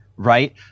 right